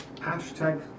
Hashtag